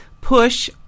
push